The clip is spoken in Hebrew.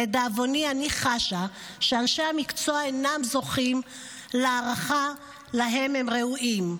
לדאבוני אני חשה שאנשי המקצוע אינם זוכים להערכה שהם ראויים לה.